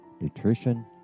nutrition